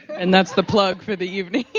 and that's the plug for the evening.